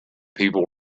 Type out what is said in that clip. people